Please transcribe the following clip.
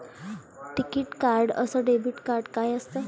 टिकीत कार्ड अस debit card काय असत?